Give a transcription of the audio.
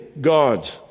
God